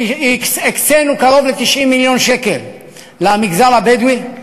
הקצֵינו קרוב ל-90 מיליון שקל למגזר הבדואי,